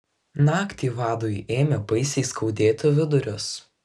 naktį vadui ėmė baisiai skaudėti vidurius